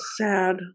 Sad